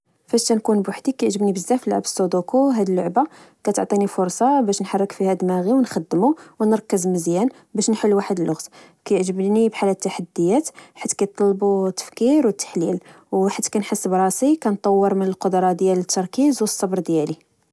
فاش تنكون بوحدي، كيعجبني بزاف لعب سودوكو. هاد اللعبة كتعطيني فرصةباش نحرك فيها دماغي و نخدمو، ونركز مزيان باش نحل واحد اللغز. كعجبني بحال هادالتحديات حيت كطلبو التفكير والتحليل، حيث كنحس براسي كنطور من القدرة ديالي على التركيز والصبر ديالي